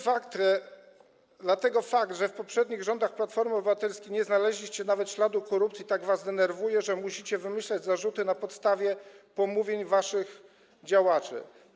Fakt, że w poprzednich rządach Platformy Obywatelskiej nie znaleźliście nawet śladu korupcji, tak was denerwuje, że musicie wymyślać zarzuty na podstawie pomówień waszych działaczy.